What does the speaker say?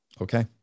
Okay